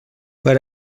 per